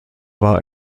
war